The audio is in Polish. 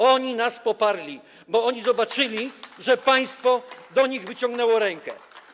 Oni nas poparli, bo oni zobaczyli, że państwo do nich wyciągnęło rękę.